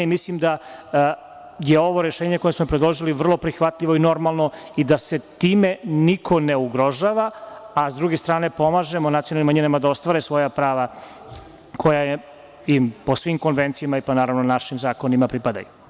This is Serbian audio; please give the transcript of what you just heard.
Mislim da je ovo rešenje koje smo predložili vrlo prihvatljivo i normalno i da se time niko ne ugrožava, a s druge strane pomažemo nacionalni manjinama da ostvare svoja prava koja im po svim konvencijama i, naravno, našim zakonima pripadaju.